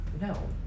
no